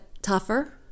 tougher